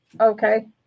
Okay